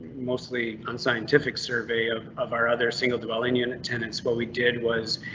mostly unscientific survey of of our other single dwelling unit tenants. what we did was.